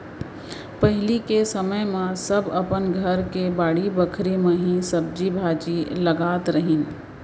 पहिली के समे म सब अपन घर के बाड़ी बखरी म ही सब्जी भाजी लगात रहिन